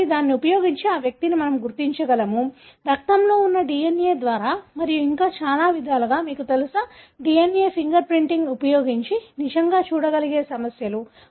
కాబట్టి దీనిని ఉపయోగించి ఆ వ్యక్తిని మనం గుర్తించగలము రక్తంలో ఉన్న DNA ద్వారా మరియు ఇంకా చాలా విధాలుగా మీకు తెలుసా DNA ఫింగర్ ప్రింటింగ్ ఉపయోగించి నిజంగా చూడగలిగే సమస్యలు